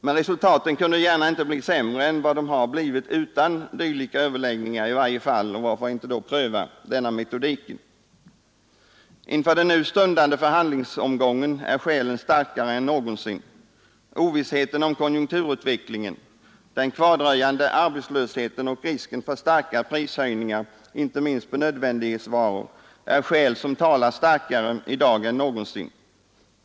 Men resultatet kunde gärna inte blivit sämre än det blev utan dylika överläggningar. Varför då inte pröva denna metodik? Inför den nu stundande förhandlingsomgången är skälen starkare än någonsin. Ovissheten om konjunkturutvecklingen, den kvardröjande arbetslösheten och risken för starka prishöjningar, inte minst på nödvändighetsvaror, är skäl som talar starkare i dag än någonsin.